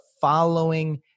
following